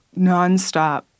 nonstop